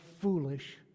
foolish